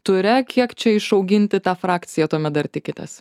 ture kiek čia išauginti tą frakciją tuomet dar tikitės